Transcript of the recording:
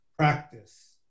practice